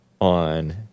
on